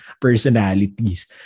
personalities